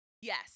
Yes